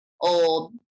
old